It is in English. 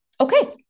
Okay